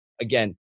Again